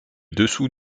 dessous